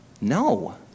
No